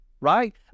right